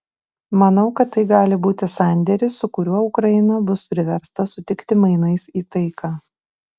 manau kad tai gali būti sandėris su kuriuo ukraina bus priversta sutikti mainais į taiką